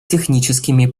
техническими